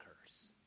curse